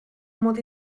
mod